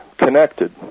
connected